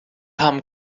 haben